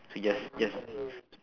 so just just